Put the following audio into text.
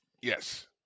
Yes